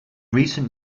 recent